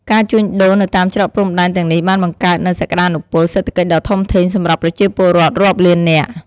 ការជួញដូរនៅតាមច្រកព្រំដែនទាំងនេះបានបង្កើតនូវ សក្តានុពលសេដ្ឋកិច្ចដ៏ធំធេង សម្រាប់ប្រជាពលរដ្ឋរាប់លាននាក់។